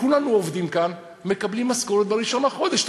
כולנו עובדים כאן ומקבלים משכורת ב-1 בחודש.